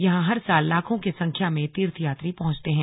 यहां हर साल लाखों की संख्या में तीर्थयात्री पहुंचते हैं